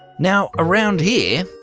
now around here.